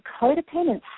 codependents